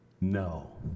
no